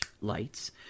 lights